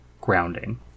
grounding